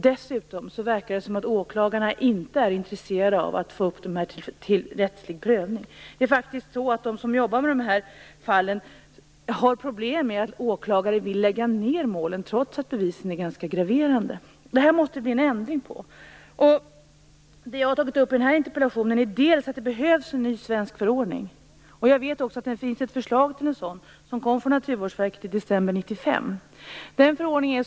Dessutom verkar det som om åklagarna inte är intresserade av att få upp dessa till rättslig prövning. De som jobbar med dessa fall har problem med att åklagarna vill lägga ned målen, trots att bevisningen är ganska graverande. Det måste bli en ändring på detta. Det som jag har tagit upp i den här interpellationen är bl.a. att det behövs en ny svensk förordning. Jag vet att Naturvårdsverket överlämnade ett förslag till en sådan i december 1995.